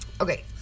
Okay